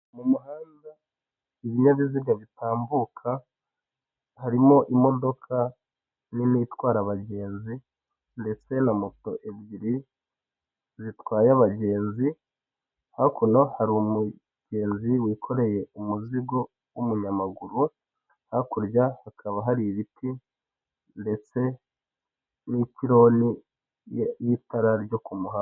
Kuri iyi shusho ya gatatu ndabona ibinyabiziga by'abashinzwe umutekano wo mu Rwanda, ikinyabiziga kimwe gifite ikarita y'ikirango k'ibinyabiziga, gifite inyuguti ra na pa nomero magana abiri na makumyabiri na kane na.